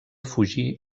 fugir